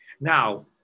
Now